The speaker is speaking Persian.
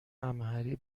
امهری